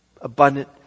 abundant